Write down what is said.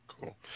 Cool